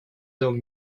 дом